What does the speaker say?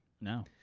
No